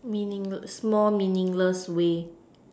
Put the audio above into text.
meaningless more meaningless way